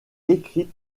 écrites